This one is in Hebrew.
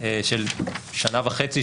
של שנה וחצי,